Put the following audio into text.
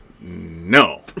No